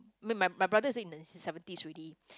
my my brother was in the seventies already